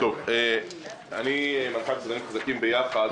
אני מנכ"ל מסעדנים חזקים ביחד.